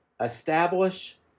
Establish